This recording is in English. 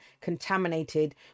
contaminated